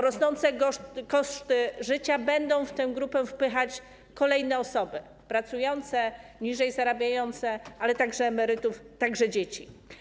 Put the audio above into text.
Rosnące koszty życia będą w tę grupę wpychać kolejne osoby - pracujące, mniej zarabiające, ale także emerytów, także dzieci.